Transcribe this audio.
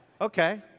okay